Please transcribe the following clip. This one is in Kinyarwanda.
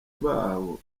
bawo